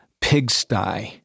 pigsty